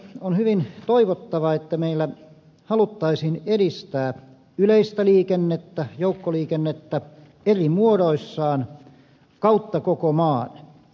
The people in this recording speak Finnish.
on hyvin toivottavaa että meillä haluttaisiin edistää yleistä liikennettä joukkoliikennettä eri muodoissaan kautta koko maan